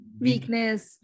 weakness